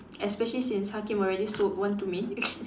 especially since Hakim already sold one to me